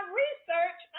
research